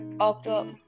October